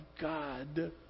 God